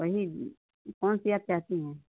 वही कौन सी आप चाहती हैं